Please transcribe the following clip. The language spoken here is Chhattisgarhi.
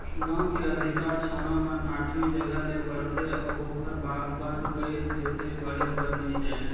गांव के अधिकार छौड़ा मन आठवी जघा ले पढ़थे अउ ओखर बाद बंद कइर देथे पढ़े बर नइ जायें